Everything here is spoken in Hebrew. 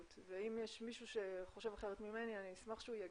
ואם יש מישהו שחושב אחרת ממני אני אשמח שהוא יגיד,